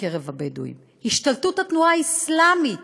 בקרב הבדואים, השתלטות התנועה האסלאמית